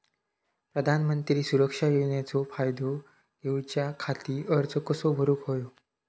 प्रधानमंत्री सुरक्षा योजनेचो फायदो घेऊच्या खाती अर्ज कसो भरुक होयो?